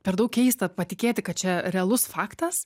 per daug keista patikėti kad čia realus faktas